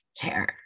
care